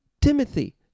Timothy